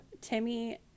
Timmy